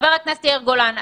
חבר הכנסת יאיר גולן,